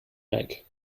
make